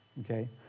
okay